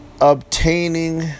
Obtaining